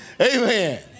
Amen